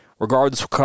Regardless